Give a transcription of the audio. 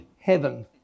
heaven